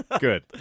Good